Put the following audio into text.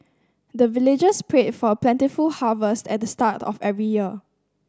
the villagers pray for plentiful harvest at the start of every year